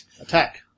Attack